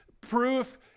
proof